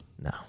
No